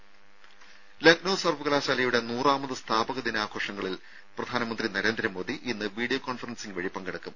രുര ലക്നൌ സർവ്വകലാശാലയുടെ നൂറാമത് സ്ഥാപക ദിനാഘോഷങ്ങളിൽ പ്രധാനമന്ത്രി നരേന്ദ്രമോദി ഇന്ന് വിഡിയോ കോൺഫറൻസിംഗ് വഴി പങ്കെടുക്കും